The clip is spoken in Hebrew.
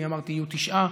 ואני אמרתי: יהיו תשעה.